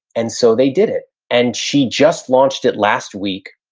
and so they did it and she just launched it last week.